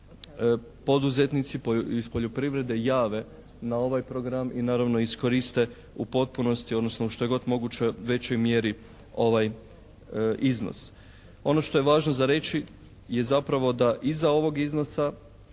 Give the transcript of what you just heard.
poduzetnici iz poljoprivrede jave na ovaj program i naravno iskoriste u potpunosti odnosno u što je god moguće većoj mjeri ovaj iznos. Ono što je važno za reći je zapravo da iza ovog iznosa